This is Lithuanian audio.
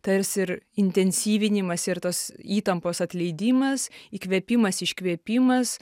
tarsi ir intensyvinimas ir tos įtampos atleidimas įkvėpimas iškvėpimas